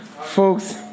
Folks